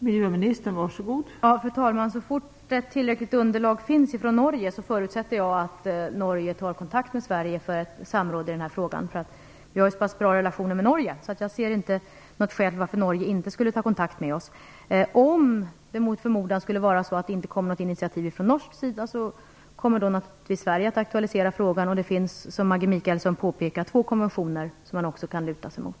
Fru talman! Så fort ett tillräckligt underlag finns från Norge förutsätter jag att Norge tar kontakt med Sverige för samråd i denna fråga. Vi har så pass bra relationer med Norge, så jag ser inte något skäl till att Norge inte skulle ta kontakt med oss. Om det mot förmodan inte skulle komma något initiativ från norsk sida kommer naturligtvis Sverige att aktualisera frågan. Det finns, som Maggi Mikaelsson påpekar, två konventioner som man kan luta sig mot.